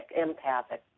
empathic